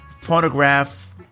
photograph